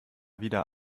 wieder